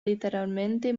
letteralmente